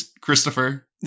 Christopher